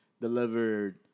delivered